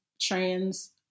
trans